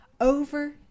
Over